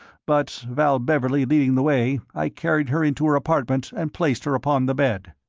but, val beverley leading the way, i carried her into her apartment and placed her upon the bed.